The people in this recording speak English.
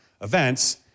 events